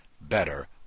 better